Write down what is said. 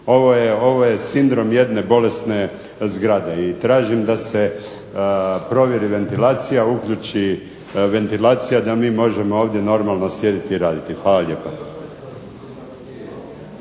Ovo je sindrom jedne bolesne zgrade i tražim da se provjeri ventilacija, uključi ventilacija da mi možemo ovdje normalno sjediti i raditi. Hvala lijepa.